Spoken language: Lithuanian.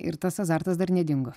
ir tas azartas dar nedingo